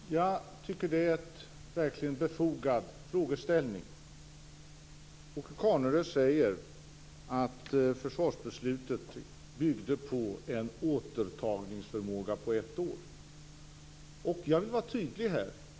Fru talman! Jag tycker att det var en verkligt befogad frågeställning. Åke Carnerö säger att försvarsbeslutet byggde på en återtagningsförmåga på ett år. Jag vill vara tydlig här.